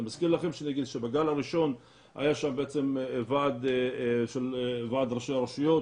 אני מזכיר לכם שבגל הראשון היה ועד ראשי הרשויות,